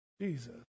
Jesus